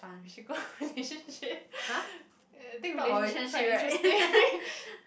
she got relationship yeah I think relationship quite interesting